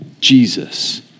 Jesus